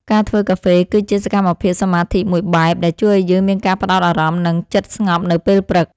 ការធ្វើកាហ្វេ គឺជាសកម្មភាពសមាធិមួយបែប ដែលជួយឱ្យយើងមានការផ្ដោតអារម្មណ៍ និងចិត្តស្ងប់នៅពេលព្រឹក។